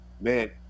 man